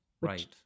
right